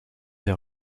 vers